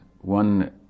one